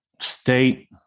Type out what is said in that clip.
state